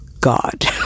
God